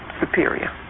superior